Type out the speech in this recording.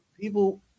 people